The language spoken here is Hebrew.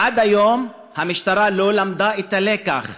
עד היום המשטרה לא למדה את הלקח.